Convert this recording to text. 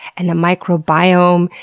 and the microbiome,